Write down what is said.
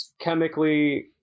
chemically